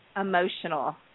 emotional